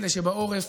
אלה שבעורף,